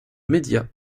médias